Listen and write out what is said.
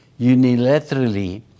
unilaterally